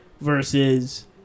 versus